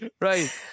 Right